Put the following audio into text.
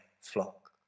flock